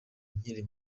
nkiri